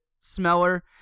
smeller